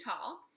tall